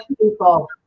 people